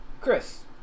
Chris